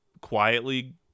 quietly